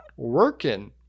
Working